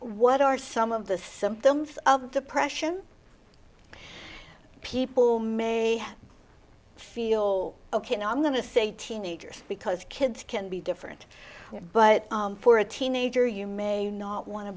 what are some of the symptoms of depression people may feel ok now i'm going to say teenagers because kids can be different but for a teenager you may not want to